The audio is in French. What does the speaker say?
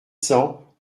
cents